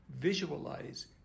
Visualize